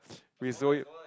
we sold it